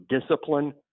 discipline